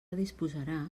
disposarà